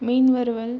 மீன் வறுவல்